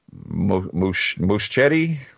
Muschetti